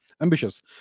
ambitious